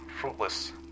fruitless